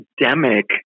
pandemic